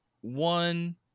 one